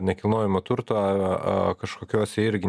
nekilnojamo turto kažkokiose irgi